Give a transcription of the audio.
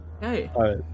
Hey